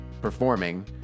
performing